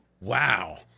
Wow